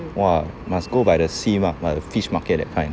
!wah! must go by the sea mah like the fish market that kind